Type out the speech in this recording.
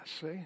see